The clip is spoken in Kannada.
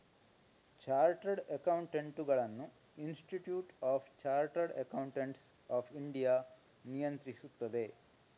ಚಾರ್ಟರ್ಡ್ ಅಕೌಂಟೆಂಟುಗಳನ್ನು institute of chartered accountants of India ನಿಯಂತ್ರಿಸುತ್ತದೆ